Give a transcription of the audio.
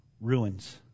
Ruins